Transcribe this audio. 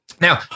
Now